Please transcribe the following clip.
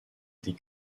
des